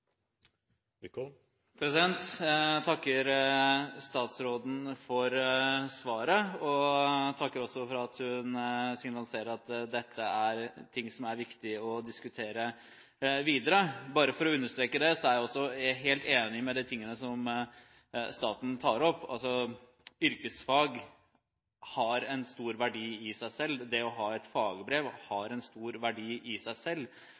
Jeg takker statsråden for svaret. Jeg takker også for at hun signaliserer at dette er ting som er viktige å diskutere videre. Bare for å understreke det: Jeg er helt enig i det statsråden tar opp, om at yrkesfag har stor verdi i seg selv. Det å ha et fagbrev har stor verdi i seg selv.